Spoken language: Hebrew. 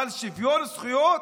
אבל עם שוויון זכויות,